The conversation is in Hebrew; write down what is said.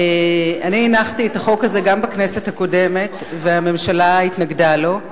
אני הנחתי את החוק הזה גם בכנסת הקודמת והממשלה התנגדה לו.